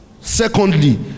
secondly